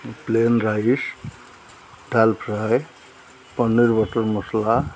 plain rice dal fry paneer butter ମସଲା